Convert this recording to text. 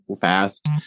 fast